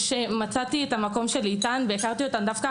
שמצאתי את המקום שלי איתן והכרתי אותן דווקא